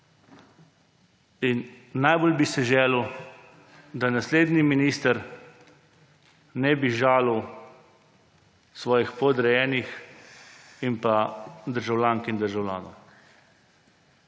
In najbolj bi si želel, da naslednji minister ne bi žalil svojih podrejenih in državljank in državljanov.